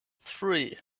three